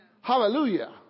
Hallelujah